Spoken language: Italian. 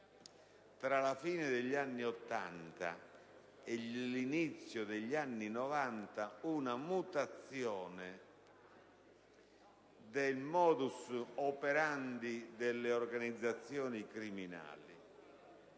tra la fine degli anni '80 e l'inizio degli anni '90 una mutazione del *modus* operandi delle organizzazioni criminali.